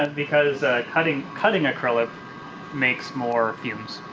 and because cutting cutting acrylic makes more fumes.